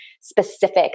specific